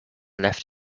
left